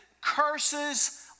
Curses